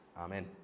Amen